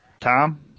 Tom